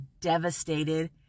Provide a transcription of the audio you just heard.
devastated